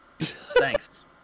Thanks